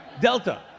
Delta